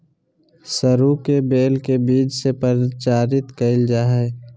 सरू के बेल के बीज से प्रचारित कइल जा हइ